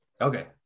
Okay